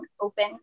open